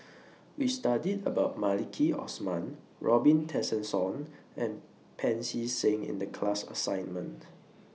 We studied about Maliki Osman Robin Tessensohn and Pancy Seng in The class assignment